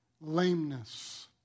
lameness